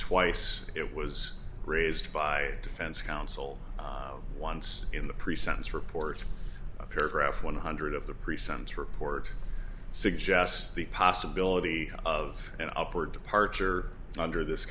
twice it was raised by defense counsel once in the pre sentence reports paragraph one hundred of the pre sentence report suggests the possibility of an upward departure under this